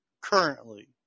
currently